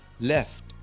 left